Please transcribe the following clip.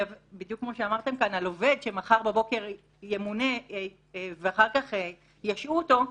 בדיוק כמו שאמרתם על עובד שמחר בבוקר ימונה ואחר כך ישעו אותו,